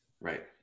Right